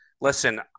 Listen